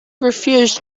refused